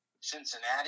Cincinnati